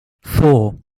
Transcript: four